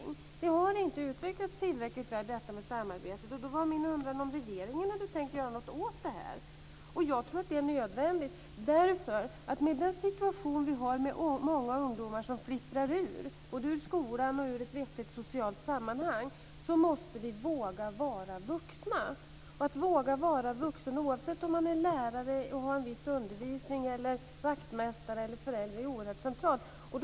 Detta med samarbete har inte utvecklats tillräckligt väl. Därför var min undran om regeringen har tänkt att göra något åt detta. Jag tror att det är nödvändigt, därför att med den situation som vi har med många ungdomar som flipprar ur i både skolan och ett vettigt socialt sammanhang måste vi våga vara vuxna. Det gäller att våga vara vuxen oavsett om man är lärare och har en viss undervisning, om man är vaktmästare eller förälder. Det är oerhört centralt.